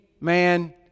man